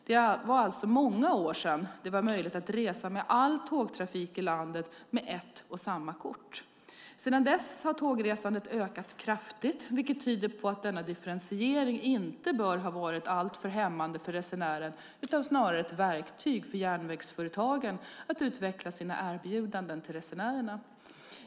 Det var alltså många år sedan det var möjligt att resa med all tågtrafik i landet med ett och samma kort. Sedan dess har tågresandet ökat kraftigt, vilket tyder på att denna differentiering inte bör ha varit alltför hämmande för resenären utan snarare ett verktyg för järnvägsföretagen att utveckla sina erbjudanden till resenärerna.